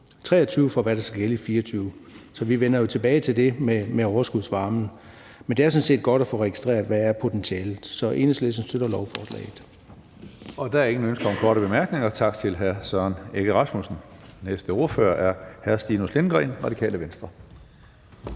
2023 for, hvad der skal gælde i 2024, så vi vender jo tilbage til det med overskudsvarmen. Men det er sådan set godt at få registreret, hvad potentialet er, så Enhedslisten støtter lovforslaget. Kl. 14:18 Tredje næstformand (Karsten Hønge): Der er ingen ønsker om korte bemærkninger. Tak til hr. Søren Egge Rasmussen. Den næste ordfører er hr. Stinus Lindgreen, Radikale Venstre.